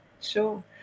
Sure